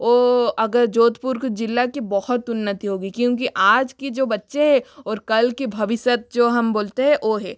वो अगर जोधपुर को जिला की बहुत उन्नति होगी क्योंकि आज की जो बच्चे है और कल के भविष्य सब जो हम बोलते है वो है